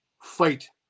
fight